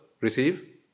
receive